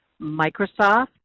Microsoft